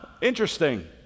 interesting